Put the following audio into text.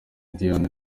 diane